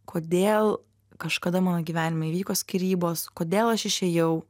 kodėl kažkada mano gyvenime įvyko skyrybos kodėl aš išėjau